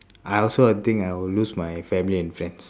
I also I think I will lose my family and friends